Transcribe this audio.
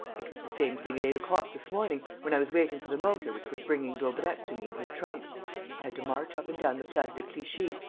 it was the same thing at eight o'clock this morning, when i was waiting for the motor which was bringing daubrecq to me in his trunk i had to march up and down the place de clichy,